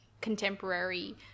Contemporary